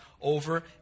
over